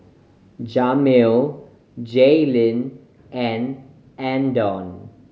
Jamil Jaylene and Andon